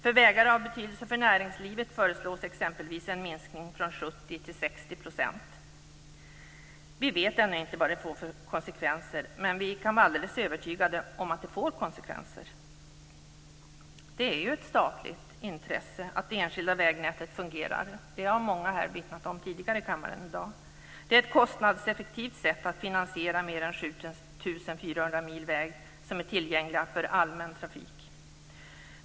För vägar av betydelse för näringslivet föreslås exempelvis en minskning från 70 till 60 %. Vi vet ännu inte vad det kan få för konsekvenser, men vi kan vara alldeles övertygade om att det får konsekvenser. Det är ett statligt intresse att det enskilda vägnätet fungerar. Det har många vittnat om tidigare i dag här i kammaren. Det är ett kostnadseffektivt sätt att finansiera mer än 7 400 mil väg som är tillgänglig för allmän trafik.